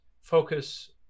focus